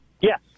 Yes